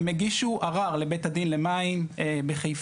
הם הגישו ערר לבית הדין למים בחיפה.